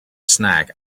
snack